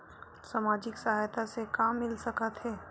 सामाजिक सहायता से का मिल सकत हे?